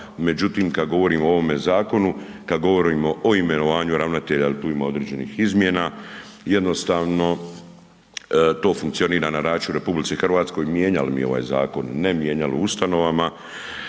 Međutim, kad govorimo o ovome zakonu, kad govorimo o imenovanju ravnatelja jel tu ima određenih izmjena, jednostavno to funkcionira na način u RH mijenjali mi ovaj zakon ili ne, mijenjali o ustanovama,